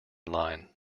line